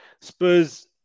Spurs